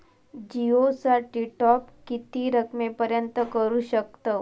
जिओ साठी टॉप किती रकमेपर्यंत करू शकतव?